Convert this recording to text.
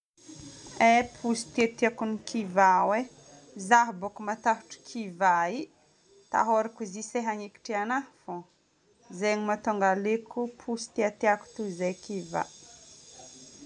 Eh posy ty tiako amin'ny kiva ao e. zaho boko matahotro kiva. Atahorako izy sao hanikotra anahy fôgna. Zegny mahatonga ahy aleoko posy ty tiako toy izay kiva.